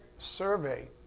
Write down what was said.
survey